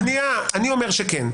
אני אומר שכן.